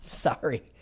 sorry